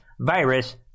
virus